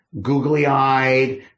Googly-eyed